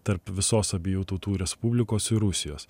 tarp visos abiejų tautų respublikos ir rusijos